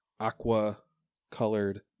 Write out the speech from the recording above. aqua-colored